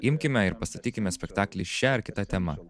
imkime ir pastatykime spektaklį šia ar kita tema